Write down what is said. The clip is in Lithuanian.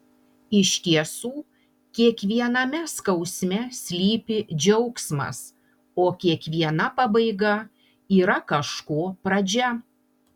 iš tiesų kiekviename skausme slypi džiaugsmas o kiekviena pabaiga yra kažko pradžia